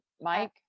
mike